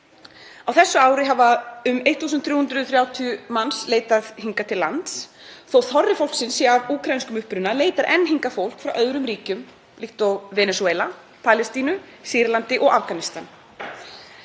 Á þessu ári hafa um 1.330 manns leitað hingað til lands. Þó að þorri fólksins sé af úkraínskum uppruna leitar enn hingað fólk frá öðrum ríkjum líkt og Venesúela, Palestínu, Sýrlandi og Afganistan.